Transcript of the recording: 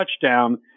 touchdown